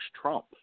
Trump